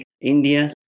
India